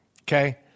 okay